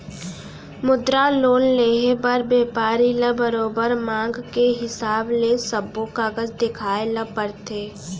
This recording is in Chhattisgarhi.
मुद्रा लोन लेहे बर बेपारी ल बरोबर मांग के हिसाब ले सब्बो कागज देखाए ल परथे